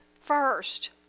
first